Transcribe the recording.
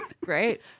Great